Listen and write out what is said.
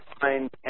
find